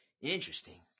Interesting